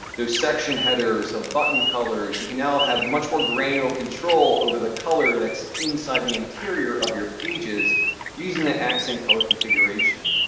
those section headers, the button colors. you can now have much more granular control over the color that's inside the interior of your pages using the accent color configuration.